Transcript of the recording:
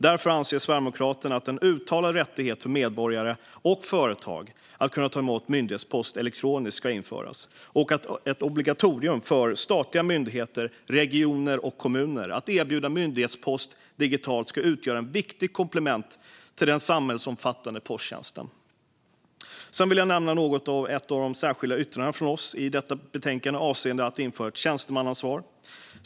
Därför anser Sverigedemokraterna att en uttalad rättighet för medborgare och företag att kunna ta emot myndighetspost elektroniskt ska införas och att ett obligatorium för statliga myndigheter, regioner och kommuner att erbjuda myndighetspost digitalt ska utgöra ett viktigt komplement till den samhällsomfattande posttjänsten. Sedan vill jag nämna något om ett av de särskilda yttrandena från oss till detta betänkande avseende att införa ett tjänstemannaansvar.